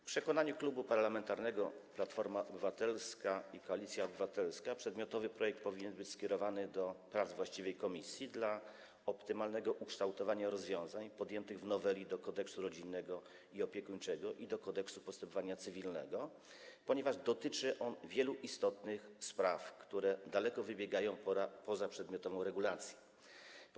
W przekonaniu Klubu Parlamentarnego Platforma Obywatelska - Koalicja Obywatelska przedmiotowy projekt powinien być skierowany do prac właściwej komisji dla optymalnego ukształtowania rozwiązań podjętych w noweli Kodeksu rodzinnego i opiekuńczego oraz Kodeksu postępowania cywilnego, ponieważ dotyczy on wielu istotnych spraw, które daleko wybiegają poza przedmiotową regulację.